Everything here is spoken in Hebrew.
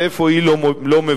ואיפה היא לא מבלה.